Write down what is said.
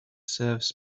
serves